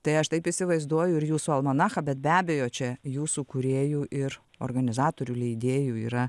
tai aš taip įsivaizduoju ir jūsų almanachą bet be abejo čia jūsų kūrėjų ir organizatorių leidėjų yra